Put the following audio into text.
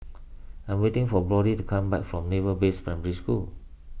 I am waiting for Brody to come back from Naval Base Primary School